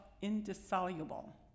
indissoluble